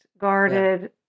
guarded